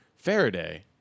Faraday